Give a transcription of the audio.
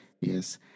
Yes